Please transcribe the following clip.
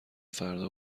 فردا